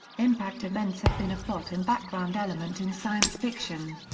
impact events have been a plot and background element in science fiction.